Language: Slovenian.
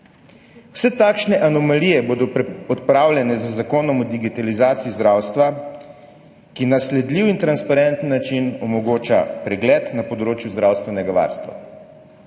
Vse takšne anomalije bodo odpravljene z zakonom o digitalizaciji zdravstva, ki na sledljiv in transparenten način omogoča pregled na področju zdravstvenega varstva,